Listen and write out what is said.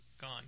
gone